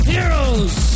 Heroes